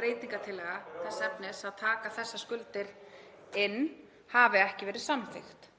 breytingartillaga þess efnis að taka þessar skuldir inn hafi ekki verið samþykkt.